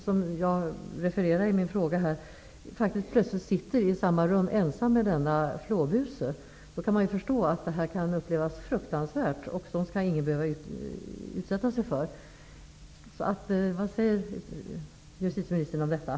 Som jag refererade i min fråga kan den som har varit vittne till detta plötsligt sitta ensam i samma rum som denna flåbuse. Man kan förstå att det kan upplevas som fruktansvärt, och sådant skall ingen behöva utsättas för. Jag undrar därför vad justitieministern säger om detta.